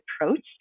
approached